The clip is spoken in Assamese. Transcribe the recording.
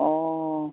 অঁ